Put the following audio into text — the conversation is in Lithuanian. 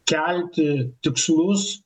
kelti tikslus